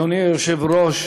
אדוני היושב-ראש,